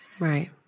Right